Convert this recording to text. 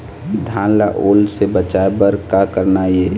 धान ला ओल से बचाए बर का करना ये?